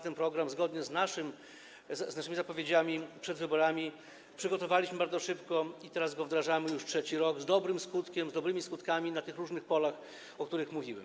Ten program zgodnie z naszymi zapowiedziami przed wyborami przygotowaliśmy bardzo szybko i teraz go wdrażamy już trzeci rok, z dobrym skutkiem, z dobrymi skutkami na tych różnych polach, o których mówiłem.